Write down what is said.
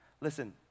Listen